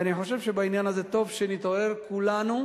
ואני חושב שבעניין הזה טוב שנתעורר כולנו,